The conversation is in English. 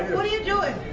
what are you doing?